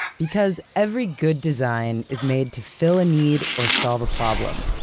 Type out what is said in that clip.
because every good design is made to fill a need or solve a problem,